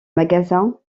magasin